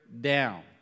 down